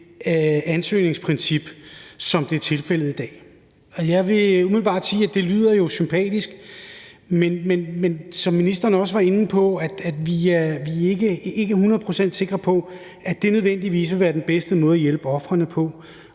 ansøgningsprincip, der er tilfældet i dag. Jeg vil umiddelbart sige, at det jo lyder sympatisk, men som ministeren også var inde på, så er vi ikke hundrede procent sikre på, at det nødvendigvis vil være den bedste måde at hjælpe ofrene på.